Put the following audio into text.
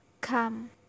come